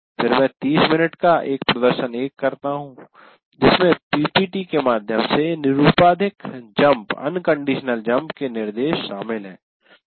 फिर मैं 30 मिनट का एक "प्रदर्शन 1" करता हूं जिसमें पीपीटी के माध्यम से निरुपाधिक जम्प के निर्देश शामिल हैं